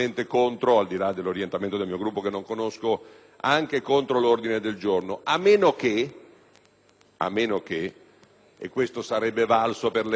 a meno che (e questo sarebbe valso per l'emendamento, esattamente come vale per l'ordine del giorno) il proponente